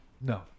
No